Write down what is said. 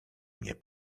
mnie